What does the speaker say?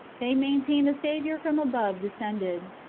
they maintain the saviour from above descended.